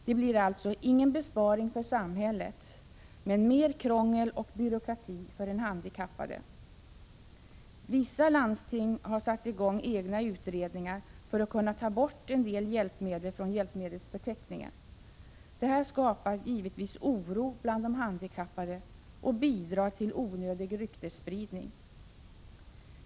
Det blir alltså ingen besparing för samhället men mer krångel och byråkrati för den handikappade. Vissa landsting har satt i gång egna utredningar för att kunna ta bort en del hjälpmedel från hjälpmedelsförteckningen. Detta skapar givetvis oro bland de handikappade och bidrar till onödig ryktesspridning.